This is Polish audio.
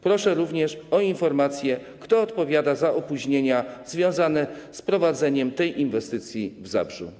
Proszę również o informację, kto odpowiada za opóźnienia związane z prowadzeniem tej inwestycji w Zabrzu.